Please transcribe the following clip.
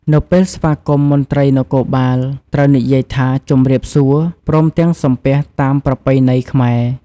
នៅពេលស្វាគមន៍មន្ត្រីនគរបាល ត្រូវនិយាយថា "ជម្រាបសួរ" ព្រមទាំងសំពះតាមប្រពៃណីខ្មែរ។